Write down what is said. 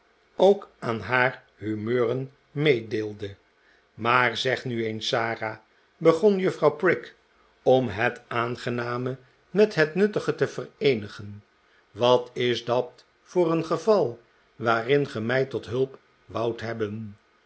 ook aan haar humeuren meedeelde maar zeg nu eens sara begon juffrouw prig om het aangename met het nuttige te vereenigen wat is dat voor een geval waarin ge mij tot hulp woudt hebben